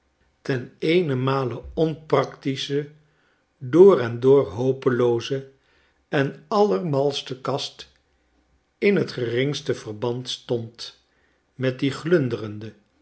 amerika male onpractische door en door hopelooze en allermalste kast in t geringste verband stond met die glundere